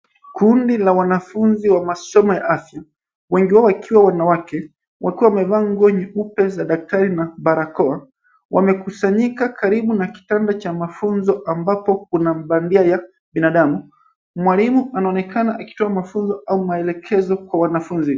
Kundi la wanafunzi wa masomo ya afya, wengi wao wakiwa wanawake, wakiwa wamevaa nguo nyeupe za daktari na barakoa, wamekusanyika karibu na kitanda cha mafunzo ambapo kuna mbandia wa binadamu. Mwalimu anaonekana akitoa mafunzo au maelekezo kwa wanafunzi.